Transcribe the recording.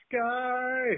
sky